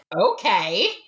Okay